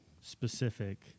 specific